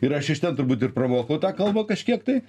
ir aš iš ten turbūt ir pramokau tą kalbą kažkiek tai